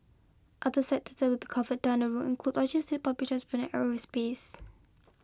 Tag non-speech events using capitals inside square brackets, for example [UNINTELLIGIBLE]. other sectors that be covered down the road include logistics public [UNINTELLIGIBLE] aerospace